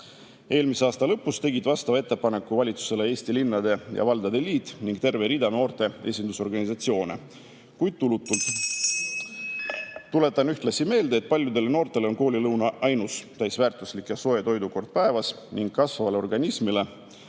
aasta lõpus tegid vastava ettepaneku valitsusele Eesti Linnade ja Valdade Liit ning terve rida noorte esindusorganisatsioone, kuid tulutult. Tuletan ühtlasi meelde, et paljudele noortele on koolilõuna ainus täisväärtuslik ja soe toidukord päevas. Kasvavale organismile